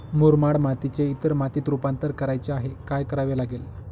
मुरमाड मातीचे इतर मातीत रुपांतर करायचे आहे, काय करावे लागेल?